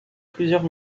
plusieurs